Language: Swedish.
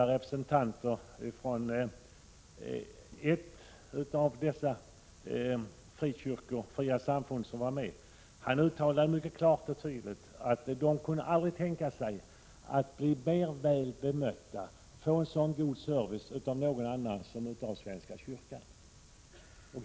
En representant för ett av de fria samfunden uttalade mycket klart och tydligt att de aldrig kunde tänka sig att bli så välbemötta och få en så god service hos någon annan än svenska kyrkan.